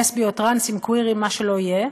לסביות, טרנסים, קווירים, מה שלא יהיה,